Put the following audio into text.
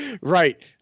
right